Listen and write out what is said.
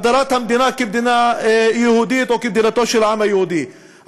הגדרת המדינה כמדינה יהודית או כמדינתו של העם היהודי,